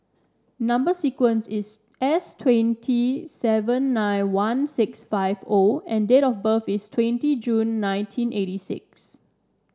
number sequence is S twenty seven nine one six five O and date of birth is twenty June nineteen eighty six